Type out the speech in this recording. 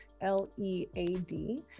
L-E-A-D